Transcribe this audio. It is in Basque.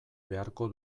beharko